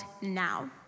now